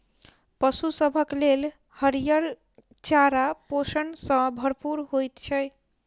पशु सभक लेल हरियर चारा पोषण सॅ भरपूर होइत छै